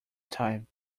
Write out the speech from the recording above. time